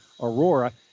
Aurora